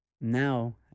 now